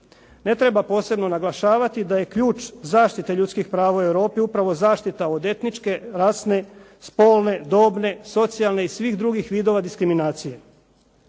Ne treba posebno naglašavati da je ključ zaštite ljudskih prava u Europi upravo zaštita od etničke, rasne, spolne, dobne, socijalne i svih drugih vidova diskriminacije.